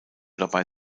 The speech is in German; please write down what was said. dabei